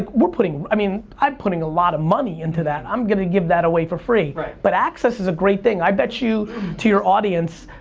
like we're putting, i mean i'm putting a lot of money into that. i'm gonna give that away for free but access is a great thing. i bet you to your audience,